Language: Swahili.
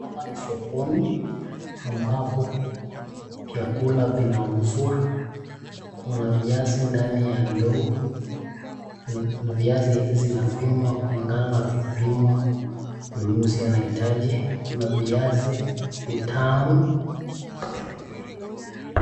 Hapa ni sokoni ambapo vyakula vinauzwa. Kuna viazi ndani ya ndoo. Viazi hizi zinapimwa kulingana na vipimo mnunuzi anaitaji. Kuna viazi vitamu.